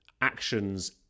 actions